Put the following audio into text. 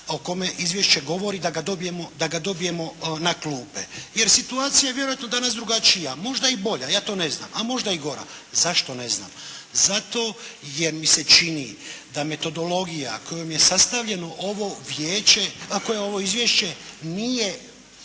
o kome izvješće govori da ga dobijemo na klupe. Jer situacija je vjerojatno danas drugačija, možda i bolja, ja to ne znam, a možda i gora. Zašto ne znam? Zato jer mi se čini da metodologija kojom je sastavljeno ovo vijeće, koja